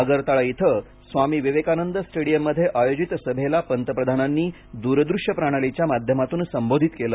आगरतळा इथं स्वामी विवेकानंद स्टेडीयममध्ये आयोजित सभेला पंतप्रधानांनी दूर दृष्य प्रणालीच्या माध्यमातून संबोधित केलं